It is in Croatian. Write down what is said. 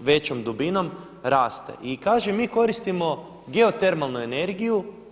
većom dubinom raste i kaže mi koristimo geotermalnu energiju.